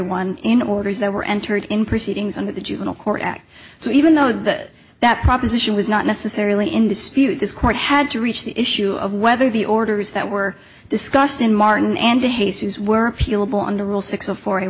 one in orders that were entered in proceedings under the juvenile court act so even though that that proposition was not necessarily in dispute this court had to reach the issue of whether the orders that were discussed in martin